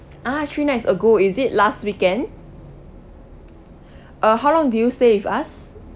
ah three nights ago is it last weekend uh how long did you stay with us